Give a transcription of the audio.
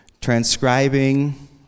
transcribing